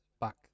back